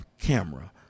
camera